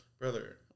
brother